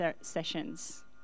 sessions